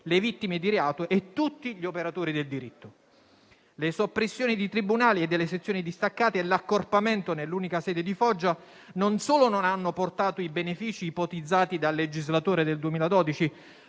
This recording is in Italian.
le vittime di reato e tutti gli operatori del diritto. Le soppressioni di tribunali, delle sezioni distaccate e l'accorpamento nell'unica sede di Foggia non solo non hanno portato i benefici ipotizzati dal legislatore del 2012,